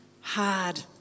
hard